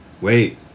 Wait